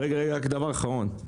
רק דבר אחרון,